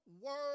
word